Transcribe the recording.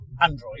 Android